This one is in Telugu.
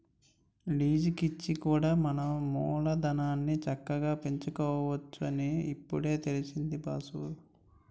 లీజికిచ్చి కూడా మన మూలధనాన్ని చక్కగా పెంచుకోవచ్చునని ఇప్పుడే తెలిసింది బాసూ